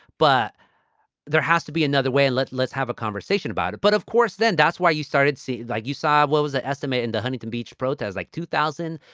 but there has to be another way. let let's have a conversation about it. but of course, then that's why you started seeing like you saw what was the estimate in the huntington beach protests like two thousand,